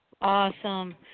Awesome